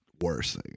worse